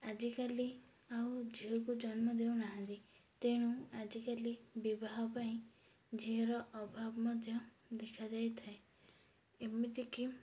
ଆଜିକାଲି ଆଉ ଝିଅକୁ ଜନ୍ମ ଦେଉ ନାହାନ୍ତି ତେଣୁ ଆଜିକାଲି ବିବାହ ପାଇଁ ଝିଅର ଅଭାବ ମଧ୍ୟ ଦେଖାଯାଇ ଥାଏ ଏମିତିକି